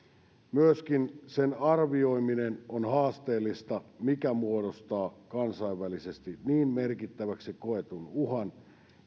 myöskin sen arvioiminen on haasteellista mikä muodostaa kansainvälisesti niin merkittäväksi koetun uhan